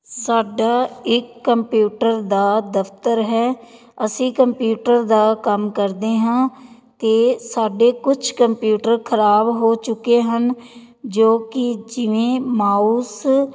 ਸਾਡਾ ਇਕ ਕੰਪਿਊਟਰ ਦਾ ਦਫ਼ਤਰ ਹੈ ਅਸੀਂ ਕੰਪਿਊਟਰ ਦਾ ਕੰਮ ਕਰਦੇ ਹਾਂ ਅਤੇ ਸਾਡੇ ਕੁਛ ਕੰਪਿਊਟਰ ਖ਼ਰਾਬ ਹੋ ਚੁੱਕੇ ਹਨ ਜੋ ਕਿ ਜਿਵੇਂ ਮਾਊਸ